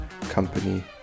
company